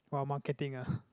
wow marketing ah